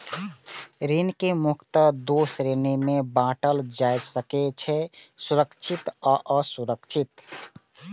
ऋण कें मुख्यतः दू श्रेणी मे बांटल जा सकै छै, सुरक्षित आ असुरक्षित